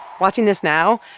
watching this now,